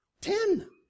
Ten